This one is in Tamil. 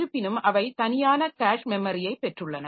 இருப்பினும் அவை தனியான கேஷ் மெமரியைப் பெற்றுள்ளன